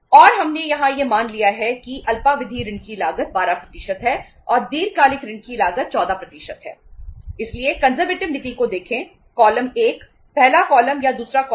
और हमने यहां यह मान लिया है कि अल्पावधि ऋण की लागत 12 है और दीर्घकालिक ऋण की लागत 14 है